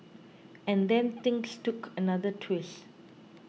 and then things took another twist